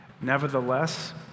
Nevertheless